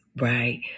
right